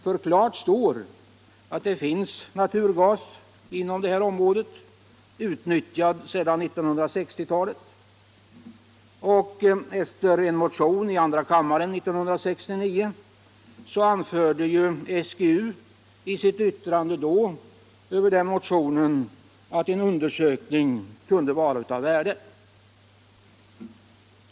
Det står nämligen klart att | det finns naturgas inom det aktuella området, utnyttjad sedan 1960-talet. | Efter en motion i andra kammaren 1969 anförde SGU i sitt yttrande | över motionen att en undersökning kunde vara av värde.